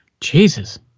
Jesus